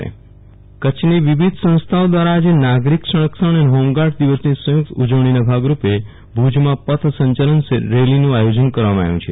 Viral Rana home guard દિવસ કચ્છની વિવિધ સંસ્થાઓ દ્વારા આવતીકાલે નાગરિક સંરક્ષણ અને હોમગાર્ડઝ દિવસની સંયુક્ત ઉજવણીના ભાગ રૂપે ભુજમાં પથ સંયલન રેલીનું આયોજન કરવામાં આવ્યું છે